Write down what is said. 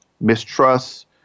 mistrust